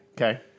Okay